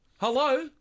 Hello